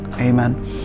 Amen